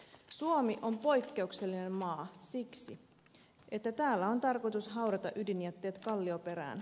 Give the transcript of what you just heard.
suomi on poikkeuksellinen maa siksi että täällä on tarkoitus haudata ydinjätteet kallioperään